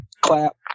clap